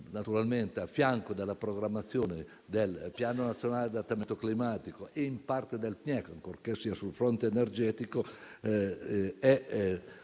naturalmente a fianco della programmazione del Piano nazionale adattamento climatico e in parte del PNIEC, ancorché sia sul fronte energetico, fa parte delle